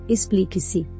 Explique-se